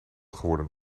geworden